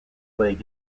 playing